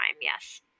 yes